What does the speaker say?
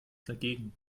dagegen